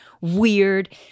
weird